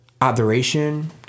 adoration